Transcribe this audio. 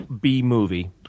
B-movie